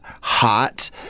hot